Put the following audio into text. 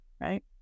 right